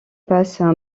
passent